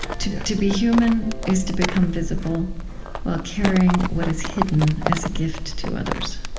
to to be human is to become visible while carrying what is hidden as a gift to others.